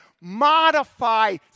modify